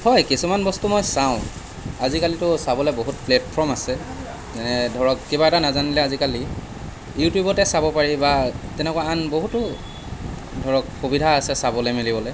হয় কিছুমান বস্তু মই চাওঁ আজিকালিতো চাবলৈ বহুত প্লেটফৰ্ম আছে যেনে ধৰক কিবা এটা নাজানিলে আজিকালি ইউটিউবতে চাব পাৰি বা তেনেকুৱা আন বহুতো ধৰক সুবিধা আছে চাবলৈ মেলিবলৈ